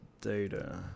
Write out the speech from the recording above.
data